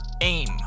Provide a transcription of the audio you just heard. Aim